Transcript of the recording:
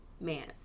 man